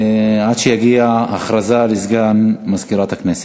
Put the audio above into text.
הודעה לסגן מזכירת הכנסת.